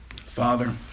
Father